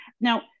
Now